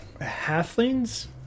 halflings